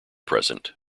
present